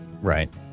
Right